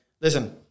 listen